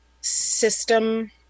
system